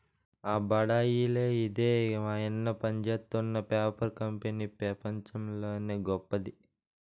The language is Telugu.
ఆ బడాయిలే ఇదే మాయన్న పనిజేత్తున్న పేపర్ కంపెనీ పెపంచంలోనే గొప్పది